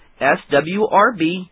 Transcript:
swrb